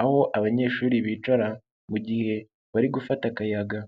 aho abanyeshuri bicara mu gihe bari gufata akayaga.